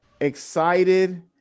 excited